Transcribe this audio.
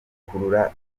gukurura